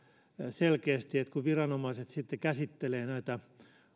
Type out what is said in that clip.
selkeästi että kun viranomaiset sitten käsittelevät näitä